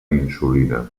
insulina